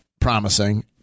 promising